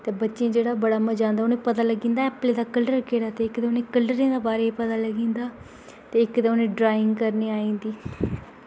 ते बच्चें गी जेह्ड़ा बड़ा मजा आंदा ते पता लग्गी जंदा कि एप्पल दा कल्लर केह्ड़ा ते कल्लरें दे बारै गै पता लग्गी जंदा ते इक्क उ'नें गी ड्राइंग करने गी आई जंदी